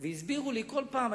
והסבירו לי כל פעם.